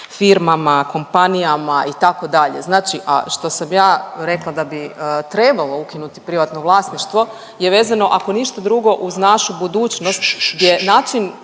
firmama, kompanijama itd. Znači, a što sam ja rekla da bi trebalo ukinuti privatno vlasništvo je vezano ako ništa drugo uz našu budućnost gdje je način